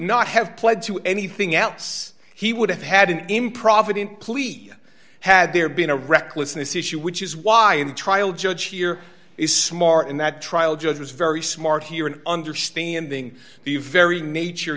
not have pled to anything else he would have had an improvident pleat had there been a recklessness issue which is why the trial judge here is smart and that trial judge was very smart here in understanding the very nature